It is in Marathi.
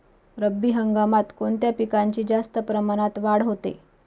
रब्बी हंगामात कोणत्या पिकांची जास्त प्रमाणात वाढ होते?